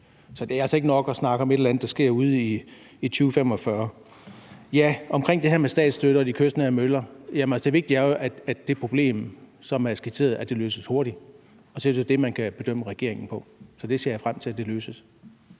Så det er altså ikke nok at snakke om et eller andet, der sker ude i 2045. Omkring det her med statsstøtte og de kystnære møller vil jeg sige, at det vigtige jo er, at det problem, som er skitseret, løses hurtigt. Det er jo det, man kan bedømme regeringen på. Så det ser jeg frem til løses.